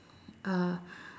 uh